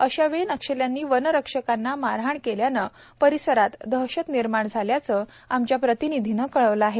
अशावेळी नक्षल्यांनी वनरक्षकांना मारहाण केल्याने परिसरात दहशत निर्माण झाल्याचं आमच्या प्रतिनिधीने कळवल आहे